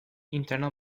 internal